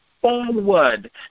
forward